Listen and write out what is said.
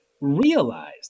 realized